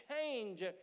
change